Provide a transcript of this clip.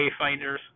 wayfinders